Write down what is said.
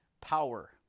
power